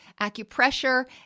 acupressure